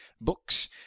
books—